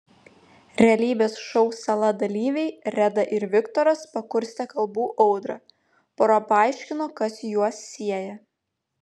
realybės šou sala dalyviai reda ir viktoras pakurstė kalbų audrą pora paaiškino kas juos sieja